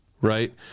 Right